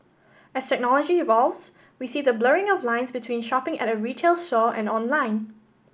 as technology evolves we see the blurring of lines between shopping at a retail store and online